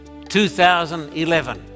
2011